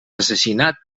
assassinat